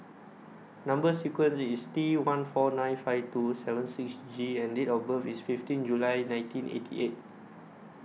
Number sequence IS T one four nine five two seven six G and Date of birth IS fifteen July nineteen eighty eight